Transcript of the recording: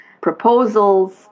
proposals